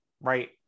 right